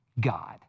God